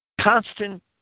constant